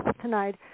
tonight